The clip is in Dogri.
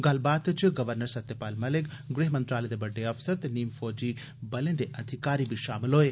गल्लबात च गवर्नर सत्यपाल मलिक गृहमंत्रालय दे बड्डे अफसर ते नीम फौजी बलें दे अधिकारी शामल होए